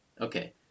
Okay